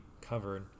covered